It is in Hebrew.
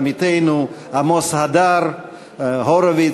עמיתנו עמוס הדר-הורביץ,